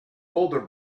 older